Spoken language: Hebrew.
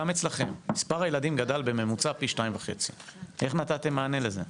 גם אצלכם מספר הילדים גדל בממוצע פי 2.5. איך נתתם מענה לזה?